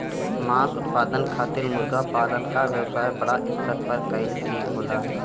मांस उत्पादन खातिर मुर्गा पालन क व्यवसाय बड़ा स्तर पर कइल ठीक होला